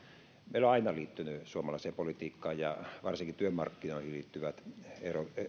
meillä on aina liittynyt suomalaiseen politiikkaan ja varsinkin työmarkkinoihin liittyvät erot